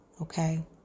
okay